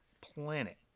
planet